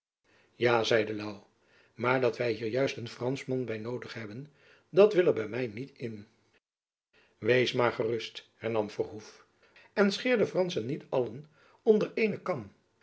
ja zeide louw maar dat wy hier juist een franschman by noodig hebben dat wil er by my niet in wees maar gerust hernam verhoef en scheer de franschen niet allen onder eene